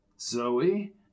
Zoe